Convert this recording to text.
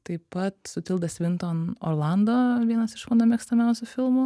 taip pat su tilda svinton orlando vienas iš mano mėgstamiausių filmų